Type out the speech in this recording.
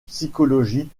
psychologie